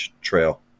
trail